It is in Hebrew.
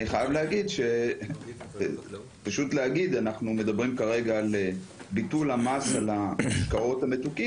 אני פשוט חייב להגיד: אנחנו מדברים כרגע על ביטול המס על המשקאות המתוקים